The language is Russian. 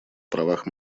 правах